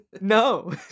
no